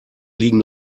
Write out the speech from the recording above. liegen